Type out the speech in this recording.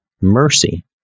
mercy